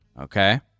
Okay